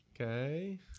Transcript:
Okay